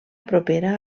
propera